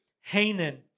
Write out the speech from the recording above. Hanan